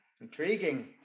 Intriguing